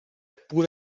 pure